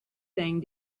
thing